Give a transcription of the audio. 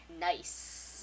Nice